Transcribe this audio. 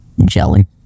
jelly